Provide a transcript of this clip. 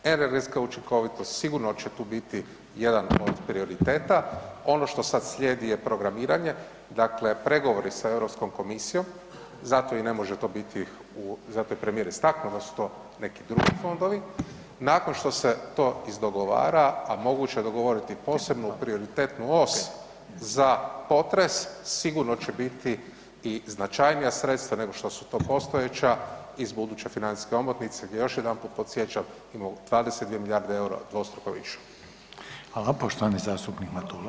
Energetska učinkovitost sigurno će tu biti jedan od prioriteta, ono što sad slijedi je programiranje, dakle pregovori sa Europskom komisijom, zato i ne može to biti, zato je premijer istaknuo da su to neki drugi fondovi, nakon što se to izdogovara, a moguće je dogovoriti posebnu prioritetnu os za potres, sigurni će biti i značajnija sredstva nego što su to postojeća iz buduće financijske omotnice gdje još jedanput podsjećam, imamo 22 milijarde eura dvostruko više.